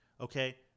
Okay